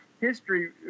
history